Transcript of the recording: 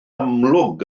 amlwg